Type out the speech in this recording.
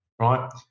right